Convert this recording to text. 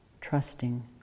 trusting